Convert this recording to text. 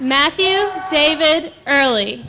matthew david early